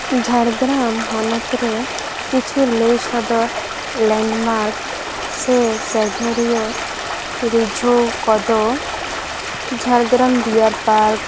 ᱡᱷᱟᱲᱜᱨᱟᱢ ᱦᱚᱱᱚᱛ ᱨᱮ ᱠᱤᱪᱷᱩ ᱞᱟᱹᱭ ᱥᱚᱫᱚᱨ ᱞᱮᱱᱰᱢᱟᱨᱠ ᱥᱮ ᱥᱟᱸᱜᱷᱟᱨᱤᱭᱟᱹ ᱨᱤᱡᱷᱟᱹᱣ ᱠᱚᱫᱚ ᱡᱷᱟᱲᱜᱨᱟᱢ ᱰᱤᱭᱟᱨ ᱯᱟᱨᱠ